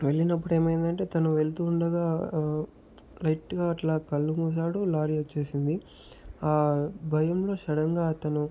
వెళ్ళినప్పుడు ఏమైందంటే తను వెళుతూ ఉండగా లైట్గా అట్లా కళ్ళు మూశాడు లారీ వచ్చేసింది ఆ భయంలో సడన్ గా తను